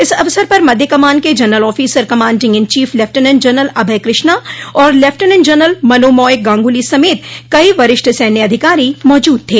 इस अवसर पर मध्य कमान के general officer commanding in chief lieutenant general Abhay Krishna और लेफ्टीनेंट जनरल मनोमॉय गांगुली समेत कई वरिष्ठ सैन्य अधिकारी मौजूद थे